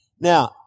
Now